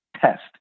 test